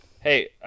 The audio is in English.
hey